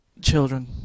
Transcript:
children